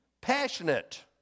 Passionate